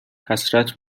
حسرت